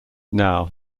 now